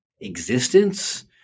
existence